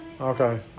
Okay